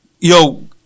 Yo